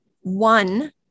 One